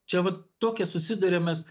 čia vat tokia susiduriam mes